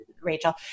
Rachel